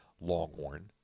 Longhorn